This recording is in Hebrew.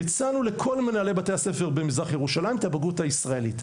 הצענו לכל מנהלי בתי הספר במזרח ירושלים את הבגרות הישראלית.